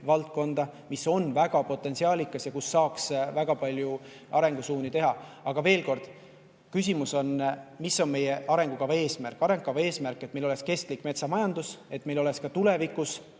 valdkonda, mis on väga potentsiaalikas ja kus saaks väga palju arengusuundi teha. Aga veel kord: küsimus on, mis on meie arengukava eesmärk. Arengukava eesmärk on see, et meil oleks kestlik metsamajandus, et meil oleks ka tulevikus